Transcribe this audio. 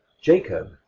Jacob